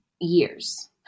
years